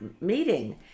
meeting